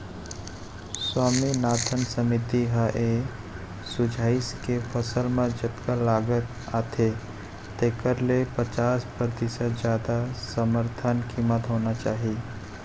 स्वामीनाथन समिति ह ए सुझाइस के फसल म जतका लागत आथे तेखर ले पचास परतिसत जादा समरथन कीमत होना चाही